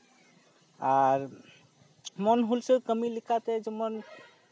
ᱟᱨ ᱢᱚᱱ ᱦᱩᱞᱥᱟᱹᱭ ᱠᱟᱹᱢᱤ ᱞᱮᱠᱟᱛᱮ ᱡᱮᱢᱚᱱ